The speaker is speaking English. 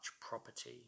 property